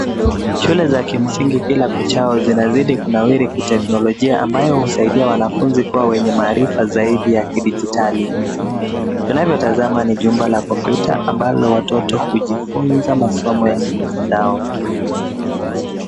Shule za kimsingi kila kuchao zinazidi kunawiri kiteknolojia ambayo husaidia wanafunzi kuwa wenye maarifa zaidi ya kidijitali. Tunavyotazama ni jumba la kompyuta ambalo watoto hujifunza masomo ya kimitandao.